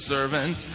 Servant